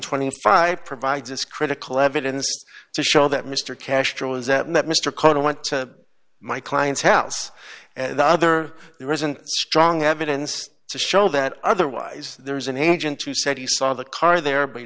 twenty five provides this critical evidence to show that mr castro is that mr cohen went to my client's house the other there isn't strong evidence to show that otherwise there was an agent who said he saw the car there but